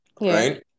right